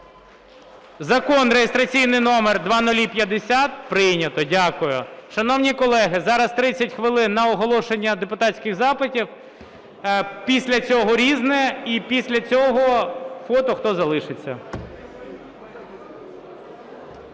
Закон, реєстраційний номер 0050, прийнято. Дякую. Шановні колеги, зараз 30 хвилин на оголошення депутатських запитів, після цього "Різне". І після цього – фото, хто залишиться.